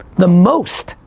the most.